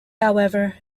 however